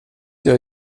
jag